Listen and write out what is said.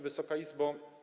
Wysoka Izbo!